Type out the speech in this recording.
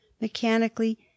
Mechanically